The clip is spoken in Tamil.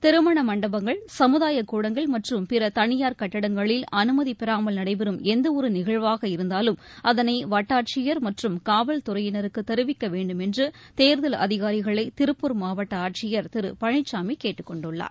திருமண மண்டபங்கள் சமுதாயக்கூடங்கள் மற்றும் பிற தனியார் கட்டிடங்களில் அனுமதி பெறாமல் நடைபெறும் எந்தவொரு நிகழ்வாக இருந்தாலும் அதனை வட்டாட்சியர் மற்றும் காவல்துறையினருக்கு தெரிவிக்க வேண்டும் என்று தேர்தல் அதிகாரிகளை திருப்பூர் மாவட்ட ஆட்சியர் திரு பழனிசாமி கேட்டுக்கொண்டுள்ளார்